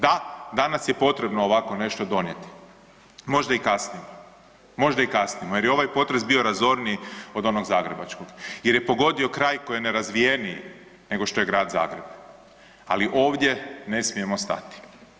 Da, danas je potrebno ovako nešto donijeti, možda i kasnimo, možda i kasnimo jer je ovaj potres bio i razorniji od onog zagrebačkog jer je pogodio kraj koji je nerazvijeniji nego što je Grad Zagreb, ali ovdje ne smijemo stati.